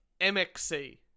Mxc